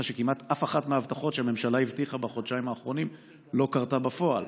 שכמעט אף אחת מההבטחות שהממשלה הבטיחה בחודשיים האחרונים לא קרתה בפועל: